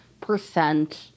percent